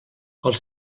els